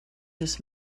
this